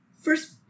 first